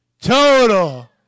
Total